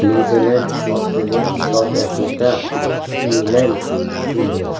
New Zealand Australia South Africa England India